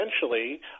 essentially